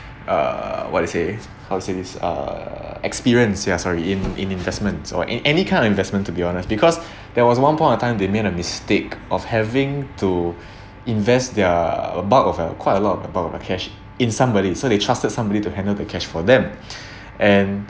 err what to say how to say this err experience ya sorry in in investments or in any kind of investment to be honest because there was one point of time they made a mistake of having to invest their a bulk of a quite a lot of a bulk of the cash in somebody so they trusted somebody to handle the cash for them and